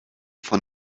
von